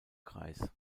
kreis